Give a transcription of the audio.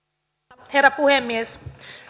arvoisa herra puhemies